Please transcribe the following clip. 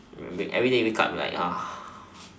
maybe everyday wake up be like